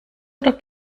oder